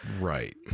right